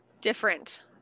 different